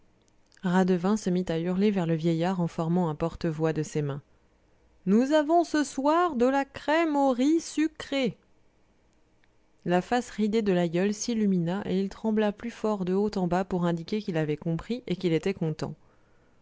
radevin se mit à hurler vers le vieillard en formant porte-voix de ses mains nous avons ce soir de la crème au riz sucré la face ridée de l'aïeul s'illumina et il trembla plus fort de haut en bas pour indiquer qu'il avait compris et qu'il était content